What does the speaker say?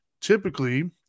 typically